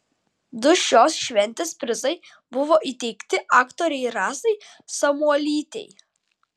du šios šventės prizai buvo įteikti aktorei rasai samuolytei